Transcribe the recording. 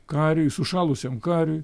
kariui sušalusiam kariui